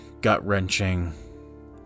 gut-wrenching